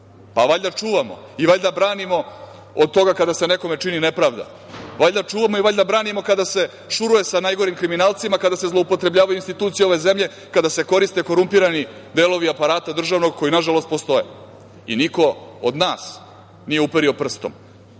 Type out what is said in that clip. Pa valjda čuvamo i valjda branimo od toga kada se nekome čini nepravda. Pa, valjda čuvamo i valjda branimo od toga kada se šuruje sa najgorim kriminalcima, kada se zloupotrebljavaju institucije ove zemlje, kada se koriste korumpirani delovi aparata državnog, koji nažalost postoje. Niko od nas nije uperio prstom.